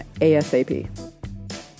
ASAP